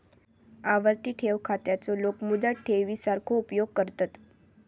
आवर्ती ठेव खात्याचो लोक मुदत ठेवी सारखो उपयोग करतत